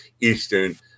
eastern